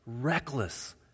reckless